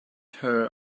her